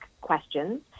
questions